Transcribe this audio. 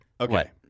Okay